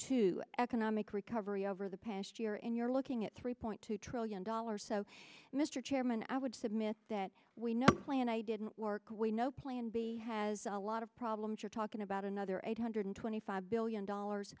to economic recovery over the past year and you're looking at three point two trillion dollars so mr chairman i would submit that we no plan i didn't work we know plan b has a lot of problems you're talking about another eight hundred twenty five billion dollars